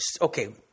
Okay